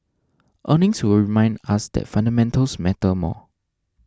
earnings will remind us that fundamentals matter more